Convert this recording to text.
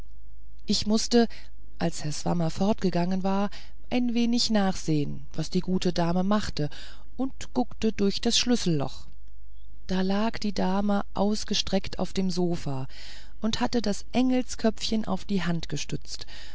ich mußte als herr swammer fortgegangen war ein wenig nachsehen was die gute dame machte und guckte durch das schlüsselloch da lag die dame ausgestreckt auf dem sofa und hatte das engelsköpfchen auf die hand gestützt